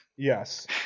Yes